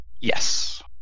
Yes